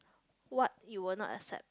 what you will not accept